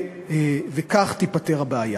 כך תיפתר הבעיה.